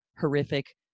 horrific